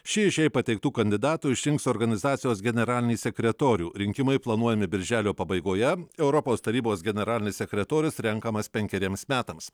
ši iš jai pateiktų kandidatų išrinks organizacijos generalinį sekretorių rinkimai planuojami birželio pabaigoje europos tarybos generalinis sekretorius renkamas penkeriems metams